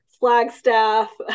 Flagstaff